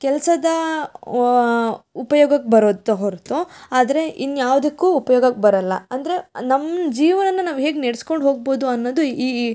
ಕೆಲ್ಸದ ವ ಉಪಯೋಗಕ್ಕೆ ಬರುತ್ತೊ ಹೊರತು ಆದರೆ ಇನ್ಯಾವ್ದಕ್ಕೂ ಉಪ್ಯೋಗಕ್ಕೆ ಬರೋಲ್ಲ ಅಂದರೆ ನಮ್ಮ ಜೀವನ ನಾವು ಹೇಗೆ ನಡೆಸ್ಕೊಂಡ್ ಹೋಗ್ಬೋದು ಅನ್ನೊದು ಈ ಈ